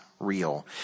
Real